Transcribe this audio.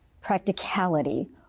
practicality